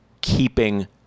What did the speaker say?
keeping